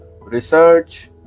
research